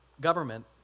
government